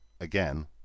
again